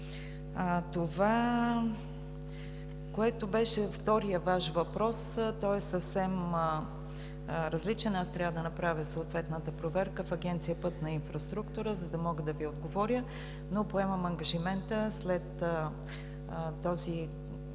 Това, което беше вторият Ваш въпрос – той е съвсем различен. Аз трябва да направя съответната проверка в Агенция „Пътна инфраструктура“, за да мога да Ви отговоря. Поемам ангажимента след отговора